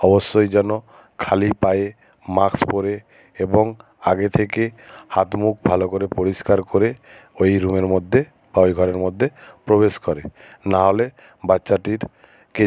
অবশ্যই যেন খালি পায়ে মাস্ক পরে এবং আগে থেকে হাত মুখ ভালো করে পরিষ্কার করে ওই রুমের মধ্যে বা ওই ঘরের মধ্যে প্রবেশ করে নাহলে বাচ্চাটিরকে